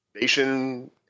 Nation